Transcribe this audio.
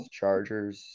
Chargers